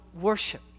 worship